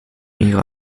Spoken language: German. ihre